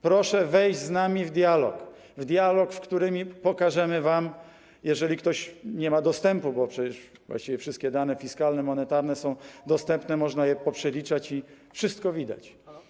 Proszę wejść z nami w dialog, dialog, w którym to wam pokażemy, jeżeli ktoś nie ma dostępu, bo przecież właściwie wszystkie dane fiskalne, monetarne są dostępne, można je poprzeliczać i wszystko widać.